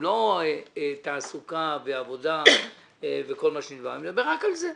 לא תעסוקה ועבודה אלא אני מדבר רק על זה.